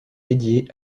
dédiée